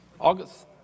August